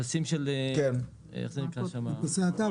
להוסיף פסים של --- פסי האטה.